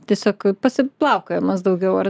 tiesiog pasiplaukiojimas daugiau ar